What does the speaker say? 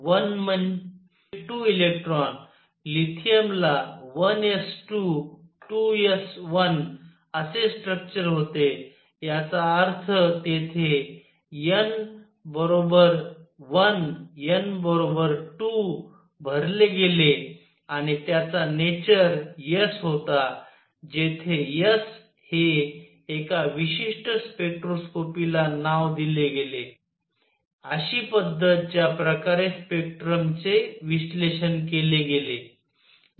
1 म्हणजे 2 इलेक्ट्रॉन लिथियमला 1 s 2 2 s 1 असे स्ट्रक्चर होते याचा अर्थ तेथे n 1 n 2 भरले गेले आणि त्याचा नेचर s होता जेथे s हे एका विशिष्ट स्पेक्ट्रोस्कोपिकला नाव दिले गेले अशी पद्धत ज्या प्रकारे स्पेक्ट्रमचे विश्लेषण केले गेले